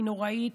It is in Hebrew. היא נוראית,